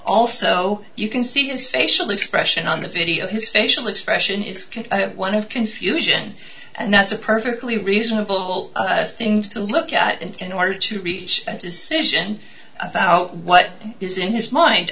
also you can see his facial expression on the video his facial expression is key one of confusion and that's a perfectly reasonable thing to look at and in order to reach a decision about what is in his mind